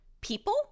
people